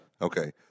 Okay